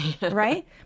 right